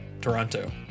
Toronto